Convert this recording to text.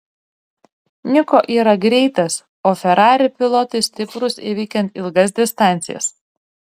niko yra greitas o ferrari pilotai stiprūs įveikiant ilgas distancijas